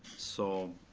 so,